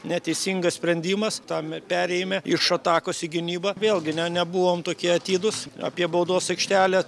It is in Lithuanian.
neteisingas sprendimas tame perėjime iš atakos į gynybą vėlgi ne nebuvom tokie atidūs apie baudos aikštelę